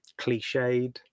cliched